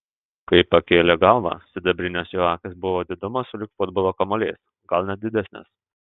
kai pakėlė galvą sidabrinės jo akys buvo didumo sulig futbolo kamuoliais gal net didesnės